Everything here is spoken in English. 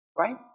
Right